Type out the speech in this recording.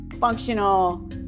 functional